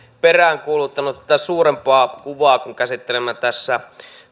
peräänkuuluttanut tätä suurempaa kuvaa kun käsittelemme tässä